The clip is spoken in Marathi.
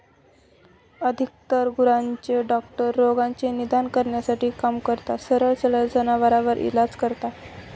अधिकतर गुरांचे डॉक्टर रोगाचे निदान करण्यासाठी काम करतात, सरळ सरळ जनावरांवर इलाज करता